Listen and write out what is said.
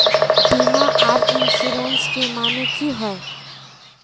बीमा आर इंश्योरेंस के माने की होय?